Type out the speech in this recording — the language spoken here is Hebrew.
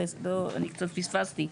אני קצת פספסתי.